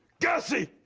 gassy,